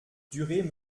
durée